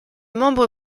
membre